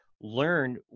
learn